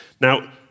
Now